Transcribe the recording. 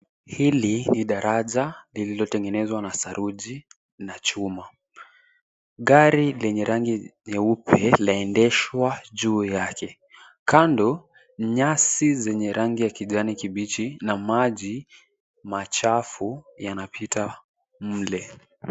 Hili ni daraja lililotengenezwa na saruji na chuma. Gari lenye rangi nyeupe laendeshwa juu yake. Kando, nyasi zenye rangi ya kijani kibichi na maji machafu yanapita mle.